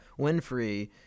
Winfrey